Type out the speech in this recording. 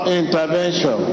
intervention